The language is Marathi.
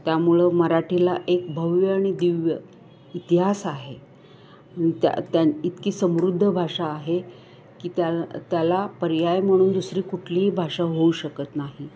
त्यामुळं मराठीला एक भव्य आणि दिव्य इतिहास आहे त्या त्या इतकी समृद्ध भाषा आहे की त्या त्याला पर्याय म्हणून दुसरी कुठलीही भाषा होऊ शकत नाही